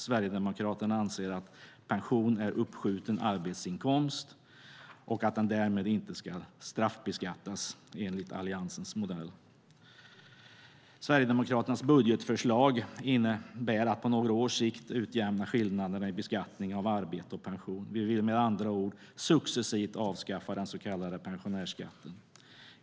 Sverigedemokraterna anser att pension är uppskjuten arbetsinkomst och att den därmed inte ska straffbeskattas enligt Alliansens modell. Sverigedemokraternas budgetförslag innebär att man på några års sikt utjämnar skillnaderna i beskattning av arbete och pension. Vi vill med andra ord successivt avskaffa den så kallade pensionärsskatten.